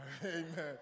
amen